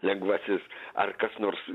lengvasis ar kas nors